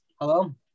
Hello